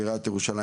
עיריית ירושלים,